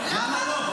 למה לא?